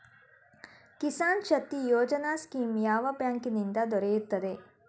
Kisan Shakti Yojana scheme ಯಾವ bank ನಿಂದ ದೊರೆಯುತ್ತದೆ?